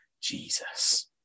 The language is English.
Jesus